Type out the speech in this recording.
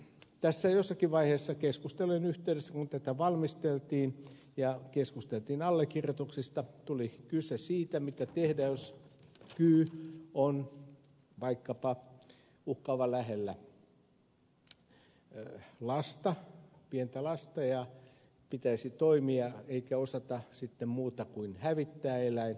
tässä jossakin vaiheessa keskustelujen yhteydessä kun tätä valmisteltiin ja keskusteltiin allekirjoituksista tuli kyse siitä mitä tehdä jos kyy on vaikkapa uhkaavan lähellä lasta pientä lasta ja pitäisi toimia eikä osata muuta kuin hävittää eläin